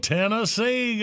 Tennessee